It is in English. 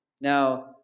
Now